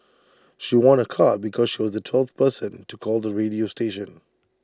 she won A car because she was the twelfth person to call the radio station